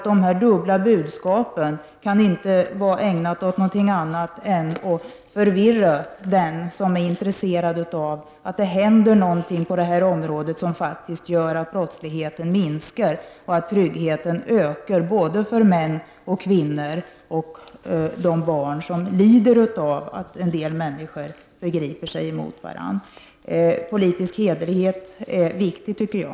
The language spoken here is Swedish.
Dessa dubbla budskap kan nämligen inte vara ägnade att annat än förvirra den som är intresserad av att det händer något på detta område och som faktiskt leder till att brottsligheten minskar och att tryggheten ökar för män, kvinnor och barn som lider av att en del människor förgriper sig mot varandra. Jag tycker att politisk hederlighet är viktig.